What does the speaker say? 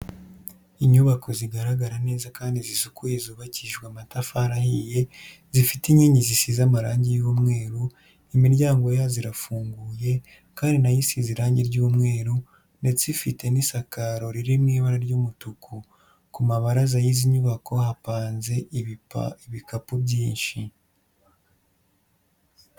Inyubako zigaragara neza kandi zisukuye zubakishijwe amatafari ahiye, zifite inkingi zisize amarangi y'umweru, imiryango yazo irafunguye kandi nayo isize irangi ry'umweru, ndetse ifite n'isakaro riri mu ibara ry'umutuku. Ku mabaraza yizi nyubako hapanze ibikapu byinshi.